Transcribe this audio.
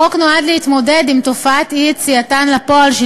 החוק נועד להתמודד עם תופעת אי-יציאתן לפועל של